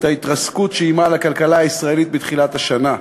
ההתרסקות שאיימה על הכלכלה הישראלית בתחילת השנה,